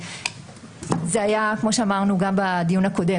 כמו שאמרנו בדיון הקודם,